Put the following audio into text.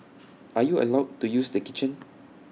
are you allowed to use the kitchen